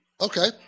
Okay